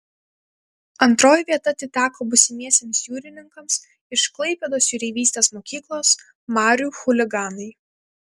antroji vieta atiteko būsimiesiems jūrininkams iš klaipėdos jūreivystės mokyklos marių chuliganai